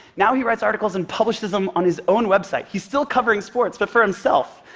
now he writes articles and publishes them on his own website he's still covering sports, but for himself.